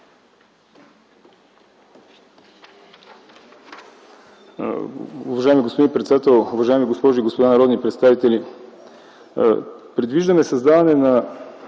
Уважаеми господин председател, уважаеми госпожи и господа народни представители! Предвиждаме създаване на